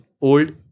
old